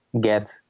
get